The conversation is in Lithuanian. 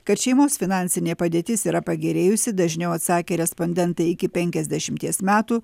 kad šeimos finansinė padėtis yra pagerėjusi dažniau atsakė respondentai iki penkiasdešimties metų